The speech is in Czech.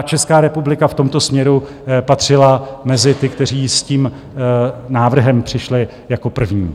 Česká republika v tomto směru patřila mezi ty, kteří s tím návrhem přišli jako první.